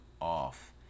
off